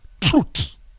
truth